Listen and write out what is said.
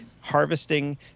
harvesting